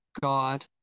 God